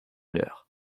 l’heure